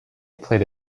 played